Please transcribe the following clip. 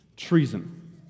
treason